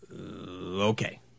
Okay